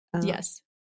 Yes